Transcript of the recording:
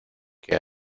que